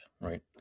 right